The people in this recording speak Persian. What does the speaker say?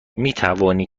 میتوانی